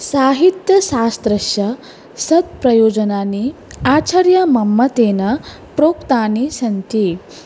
साहित्यशास्त्रस्य षट् प्रयोजनानि आचार्यमम्मटेन प्रोक्तानि सन्ति